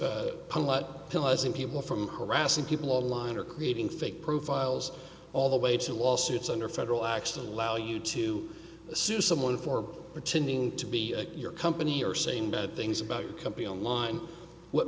lessen people from harassing people online or creating fake profiles all the way to lawsuits under federal action allow you to assume someone for or tending to be your company or saying bad things about your company online what